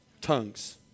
Tongues